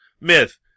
Myth